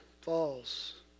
falls